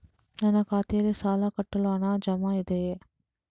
ನನ್ನ ಖಾತೆಯಲ್ಲಿ ಸಾಲ ಕಟ್ಟಲು ಹಣ ಜಮಾ ಇದೆಯೇ?